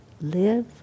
live